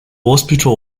hospital